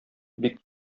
бик